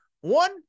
One